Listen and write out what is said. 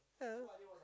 yeah